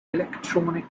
electronic